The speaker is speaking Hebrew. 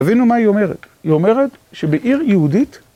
תבינו מה היא אומרת, היא אומרת שבעיר יהודית